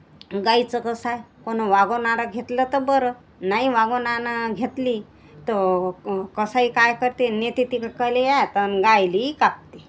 गाईचं कसं आहे कोण वागवणारं घेतलं तर बरं नाही वागवणानं घेतली तर क कसाई काय करते नेते तिकडं कयले येतन गाईला कापते